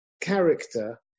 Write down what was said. character